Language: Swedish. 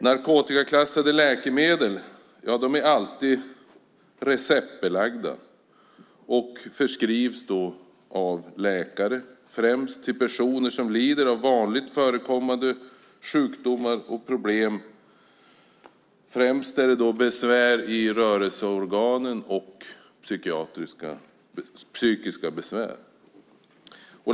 Narkotikaklassade läkemedel är alltid receptbelagda och förskrivs av läkare, främst till personer som lider av vanligt förekommande sjukdomar och problem. Främst handlar det om besvär i rörelseorganen och psykiska besvär.